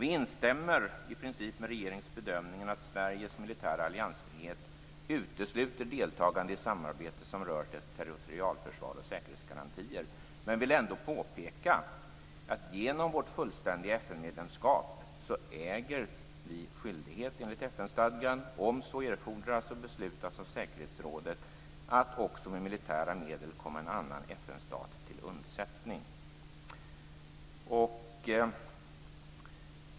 Vi instämmer i princip med regeringens bedömning att Sveriges militära alliansfrihet utesluter deltagande i samarbete som rör territorialförsvar och säkerhetsgarantier men vill ändå påpeka att vi genom vårt fullständiga FN-medlemskap enligt FN-stadgan äger skyldighet, om så erfordras och beslutas av säkerhetsrådet, att också med militära medel komma en annan FN-stat till undsättning.